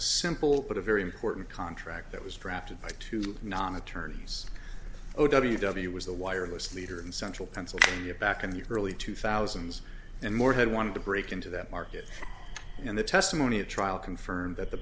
a simple but a very important contract that was drafted by two non attorneys o w w was the wireless leader in central pennsylvania back in the early to thousands and more had wanted to break into that market and the testimony at trial confirmed that the